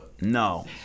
No